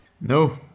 No